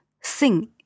sing